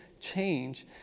change